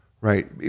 Right